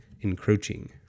encroaching